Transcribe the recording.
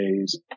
days